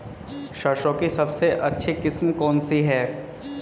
सरसों की सबसे अच्छी किस्म कौन सी है?